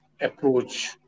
approach